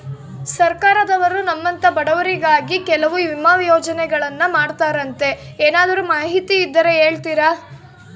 ಸರ್ಕಾರದವರು ನಮ್ಮಂಥ ಬಡವರಿಗಾಗಿ ಕೆಲವು ವಿಮಾ ಯೋಜನೆಗಳನ್ನ ಮಾಡ್ತಾರಂತೆ ಏನಾದರೂ ಮಾಹಿತಿ ಇದ್ದರೆ ಹೇಳ್ತೇರಾ?